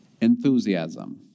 Enthusiasm